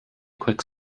quick